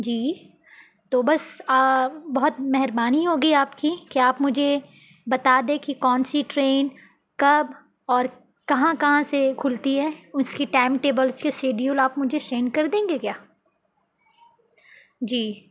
جی تو بس بہت مہربانی ہوگی آپ کی کہ آپ مجھے بتا دیں کہ کون سی ٹرین کب اور کہاں کہاں سے کھلتی ہے اس کی ٹائم ٹیبل اس کی شیڈیول آپ مجھے سینڈ کر دیں گے کیا جی